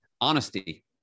honesty